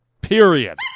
Period